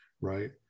right